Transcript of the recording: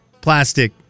plastic